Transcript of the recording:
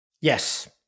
Yes